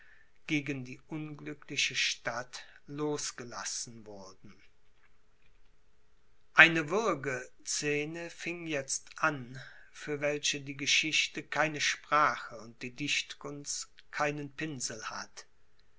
gegen die unglückliche stadt losgelassen wurden eine würgescene fing jetzt an für welche die geschichte keine sprache und die dichtkunst keinen pinsel hat